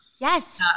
Yes